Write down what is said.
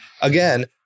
Again